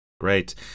great